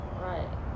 Right